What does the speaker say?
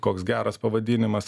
koks geras pavadinimas